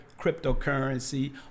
cryptocurrency